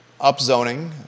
upzoning